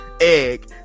egg